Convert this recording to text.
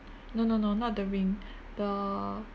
no no no not the ring the